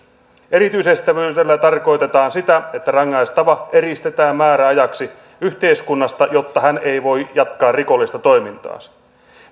erityisestävyydellä tarkoitetaan sitä että rangaistava eristetään määräajaksi yhteiskunnasta jotta hän ei voi jatkaa rikollista toimintaansa